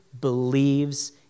believes